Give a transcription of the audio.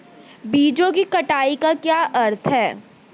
बीजों की कटाई का क्या अर्थ है?